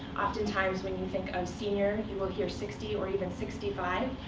oftentimes, when you think of senior, you will hear sixty or even sixty five.